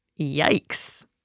yikes